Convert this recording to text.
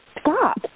Stop